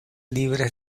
libres